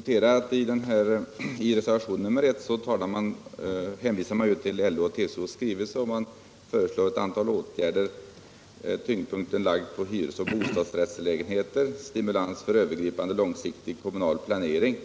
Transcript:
Herr talman! Jag noterar att reservation 1 hänvisar till skrivelsen från LO och TCO, där det föreslås åtgärder med tyngdpunkten lagd på hyresoch bostadsrättslägenheter, stimulans för övergripande långsiktig kommunal planering,